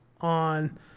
on